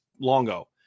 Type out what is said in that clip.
Longo